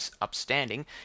upstanding